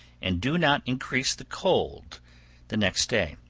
and do not increase the cold the next day.